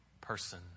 person